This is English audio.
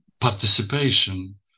participation